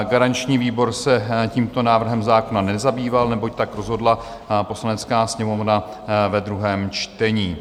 Garanční výbor se tímto návrhem nezabýval, neboť tak rozhodla Poslanecká sněmovna ve druhém čtení.